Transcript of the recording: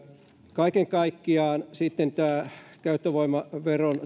kaiken kaikkiaan tästä käyttövoimaveron